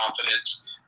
confidence